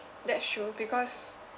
that's true because